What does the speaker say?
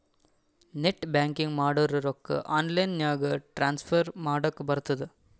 net banking ಮಾಡುರ್ ರೊಕ್ಕಾ online ನಾಗೆ ಟ್ರಾನ್ಸ್ಫರ್ ಮಾಡ್ಲಕ್ ಬರ್ತುದ್